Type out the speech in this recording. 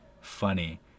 funny